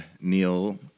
Neil